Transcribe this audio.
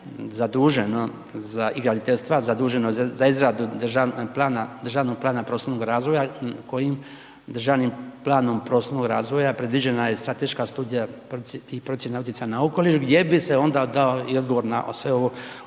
zaduženo za izradu državnog plana prostornog razvoja kojim državnim planom prostornog razvoja, predviđena je strateška studija i procjena utjecaja na okoliš gdje bi se onda dao i odgovor i na sve ovo